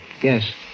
Yes